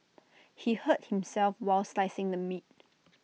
he hurt himself while slicing the meat